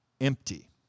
Empty